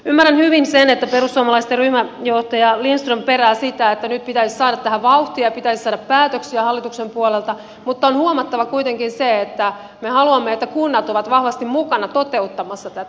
ymmärrän hyvin sen että perussuomalaisten ryhmänjohtaja lindström perää sitä että nyt pitäisi saada tähän vauhtia ja pitäisi saada päätöksiä hallituksen puolelta mutta on huomattava kuitenkin se että me haluamme että kunnat ovat vahvasti mukana toteuttamassa tätä